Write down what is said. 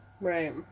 Right